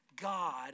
God